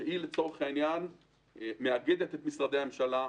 רח"ל מאגדת את משרדי הממשלה,